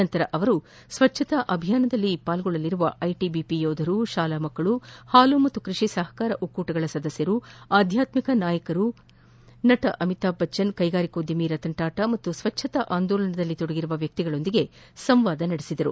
ನಂತರ ಅವರು ಸ್ವಚ್ಛತಾ ಅಭಿಯಾನದಲ್ಲಿ ಭಾಗವಹಿಸಿರುವ ಐಟಿಐಪಿ ಯೋಧರು ಶಾಲಾ ಮಕ್ಕಳು ಪಾಲು ಮತ್ತು ಕೃಷಿ ಸಹಕಾರ ಸಂಘಗಳ ಸದಸ್ಯರು ಆಧ್ವಾತ್ಮಿಕ ನಾಯಕರಾದ ಸದ್ಗುರು ಜಗ್ಗಿವಾಸುದೇವ್ ನಟ ಅಮಿತಾಭ್ ಬಚ್ಚನ್ ಕೈಗಾರಿಕೋದ್ಯಮಿ ರತನ್ ಟಾಟಾ ಮತ್ತು ಸ್ವಚ್ಛತಾ ಆಂದೋಲನದಲ್ಲಿ ಕೊಡಗಿರುವ ವ್ಯಕ್ತಿಗಳೊಂದಿಗೆ ಸಂವಾದ ನಡೆಸಿದರು